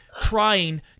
trying